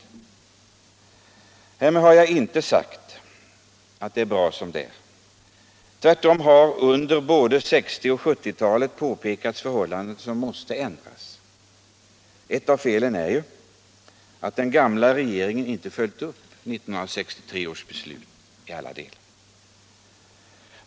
Därmed har jag inte sagt att allt är bra som det är. Tvärtom har under både 1960 och 1970-talet påpekats förhållanden som måste ändras. Ett av felen är ju att den gamla regeringen inte har följt upp 1963 års beslut i alla delar.